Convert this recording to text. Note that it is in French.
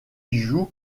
joue